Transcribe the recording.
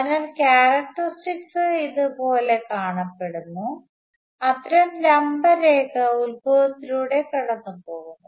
അതിനാൽ ക്യാരക്ടറിസ്റ്റിക്സ് ഇതുപോലെ കാണപ്പെടുന്നു അത്തരം ലംബ രേഖ ഉത്ഭവത്തിലൂടെ കടന്നുപോകുന്നു